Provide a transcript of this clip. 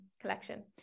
collection